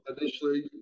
initially